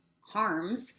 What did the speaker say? harms